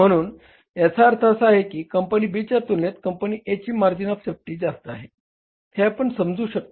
म्हणून याचा अर्थ असा आहे की कंपनी B च्या तुलनेत कंपनी A ची मार्जिन ऑफ सेफ्टी जास्त आहे हे आपण समजू शकता